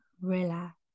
relax